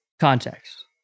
Context